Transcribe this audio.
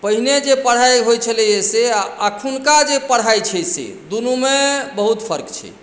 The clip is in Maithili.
पहिने जे पढाइ होइ छलैया से आ अखुनका जे पढाइ छै से दुनूमे बहुत फर्क छै